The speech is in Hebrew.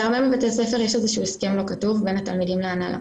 בהרבה מבתי הספר יש איזה שהוא הסכם לא כתוב בין התלמידים להנהלה,